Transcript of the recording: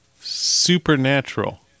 Supernatural